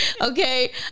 okay